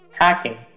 hacking